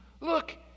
look